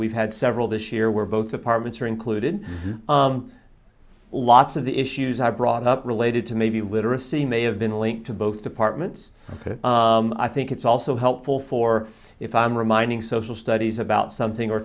we've had several this year where both departments are included lots of the issues are brought up related to maybe literacy may have been linked to both departments i think it's also helpful for if i'm reminding social studies about something or